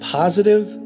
positive